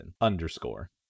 underscore